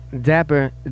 Dapper